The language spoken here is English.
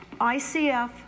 ICF